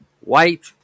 white